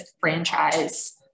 franchise